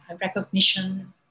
recognition